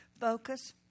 focus